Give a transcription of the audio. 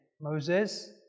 Moses